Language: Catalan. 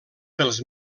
pels